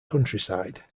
countryside